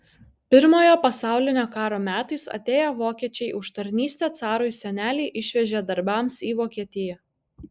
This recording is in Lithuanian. pirmojo pasaulinio karo metais atėję vokiečiai už tarnystę carui senelį išvežė darbams į vokietiją